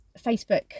facebook